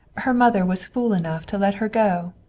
her mother was fool enough to let her go.